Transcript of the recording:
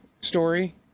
story